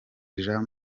jean